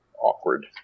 awkward